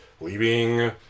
leaving